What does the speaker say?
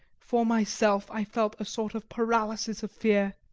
for myself, i felt a sort of paralysis of fear.